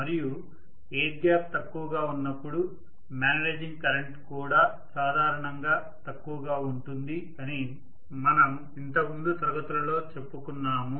మరియు air gap తక్కువగా ఉన్నప్పుడు మాగ్నెటైజింగ్ కరెంట్ కూడా సాధారణంగా తక్కువగా ఉంటుంది అని మనం ఇంతకుముందు తరగతులలో చెప్పుకున్నాము